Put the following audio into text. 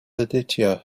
aditya